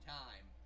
time